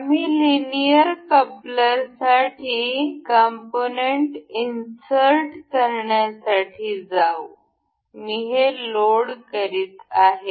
आम्ही लिनियर कपलरसाठी component insert करण्यासाठी जाऊ मी हे लोड करीत आहे